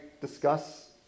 discuss